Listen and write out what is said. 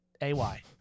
A-Y